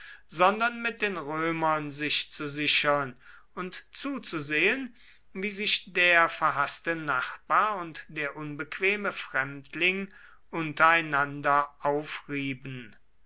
sondern mit den römern sich zu sichern und zuzusehen wie sich der verhaßte nachbar und der unbequeme fremdling untereinander aufrieben